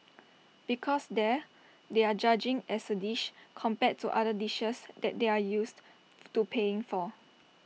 because there they're judging as A dish compared to other dishes that they're used to paying for